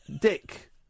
Dick